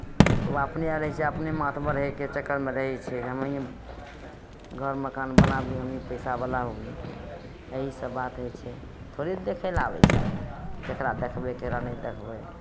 ओ अपने रहै छै अपने महतबर रहै के चक्करमे रहै छै हमहीँ घर मकान बनाबी हमही पइसावला होइ यही सभ बात होइ छै थोड़े देखय लेल आबै छै ककरा देखबै ककरा नहि देखबै